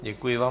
Děkuji vám.